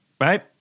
Right